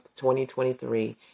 2023